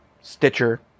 Stitcher